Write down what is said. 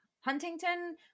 Huntington